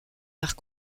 l’art